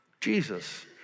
Jesus